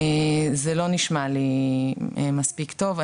זה לא נשמע לי מספיק טוב.